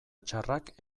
txarrak